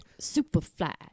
superfly